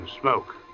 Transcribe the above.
smoke